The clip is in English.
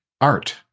art